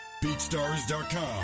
BeatStars.com